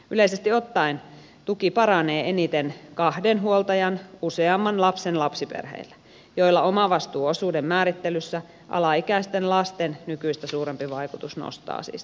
yleisesti ottaen tuki paranee eniten kahden huoltajan useamman lapsen lapsiperheillä joilla omavastuuosuuden määrittelyssä alaikäisten lasten nykyistä suurempi vaikutus nostaa siis tuen tasoa